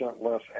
less